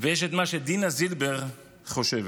ויש את מה שדינה זילבר חושבת.